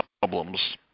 problems